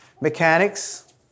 Mechanics